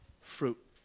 Fruit